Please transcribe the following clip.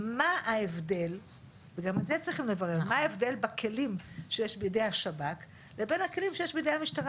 מה ההבדל בין הכלים שיש בידי השב"כ לבין הכלים שיש בידי המשטרה?